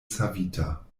savita